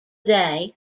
day